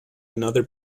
another